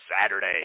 Saturday